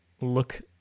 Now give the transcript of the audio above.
look